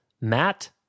Matt